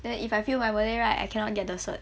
then if I fail my malay right I cannot get cert